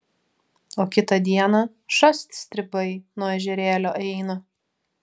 o kitą dieną šast stribai nuo ežerėlio eina